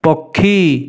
ପକ୍ଷୀ